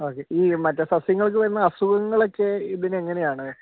okay ഈ മറ്റേ സസ്യങ്ങൾക്ക് വരുന്ന അസുഖങ്ങളൊക്കെ ഇതിന് എങ്ങനെയാണ്